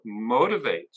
motivates